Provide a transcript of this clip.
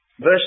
Verse